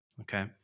okay